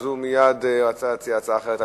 אז הוא מייד רצה להציע הצעה אחרת.